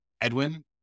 Edwin